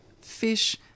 fish